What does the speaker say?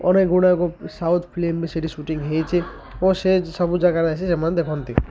ଅନେକ ଗୁଡ଼ାକ ସାଉଥ୍ ଫିଲ୍ମରେ ସେଠି ସୁଟିଂ ହେଇଛେ ଓ ସେ ସବୁ ଜାଗାରେ ଆସି ସେମାନେ ଦେଖନ୍ତି